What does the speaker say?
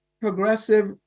progressive